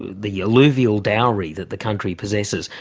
the alluvial dowry that the country possesses,